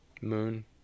moon